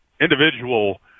individual